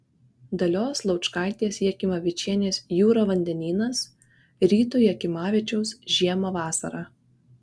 dalios laučkaitės jakimavičienės jūra vandenynas ryto jakimavičiaus žiemą vasarą